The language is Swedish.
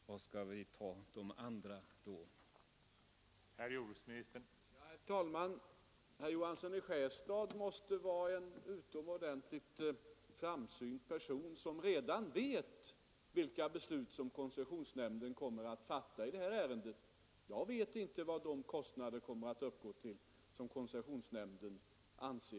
Var skall vi ta de andra miljonerna?